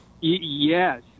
Yes